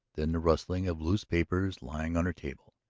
then the rustling of loose papers lying on her table,